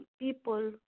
people